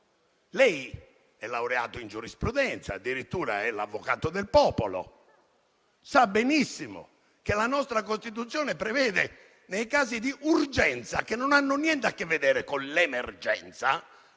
Lei è laureato in giurisprudenza, addirittura è l'avvocato del popolo e sa benissimo che la nostra Costituzione, nei casi di urgenza, che non hanno niente a che vedere con l'emergenza,